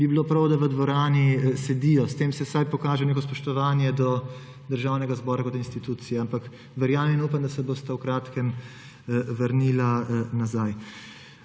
bi bilo prav, da v dvorani sedi. S tem se vsaj pokaže neko spoštovanje do Državnega zbora kot institucije. Ampak verjamem in upam, da se bosta v kratkem vrnila nazaj.